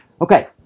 Okay